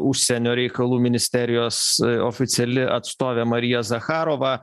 užsienio reikalų ministerijos oficiali atstovė marija zacharova